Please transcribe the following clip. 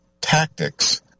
tactics